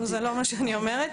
זה לא מה שאני אומרת.